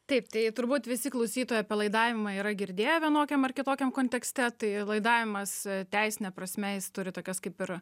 taip tai turbūt visi klausytojai apie laidavimą yra girdėję vienokiam ar kitokiam kontekste tai laidavimas teisine prasme jis turi tokias kaip ir